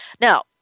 Now